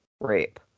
rape